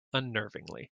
unnervingly